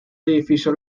edificio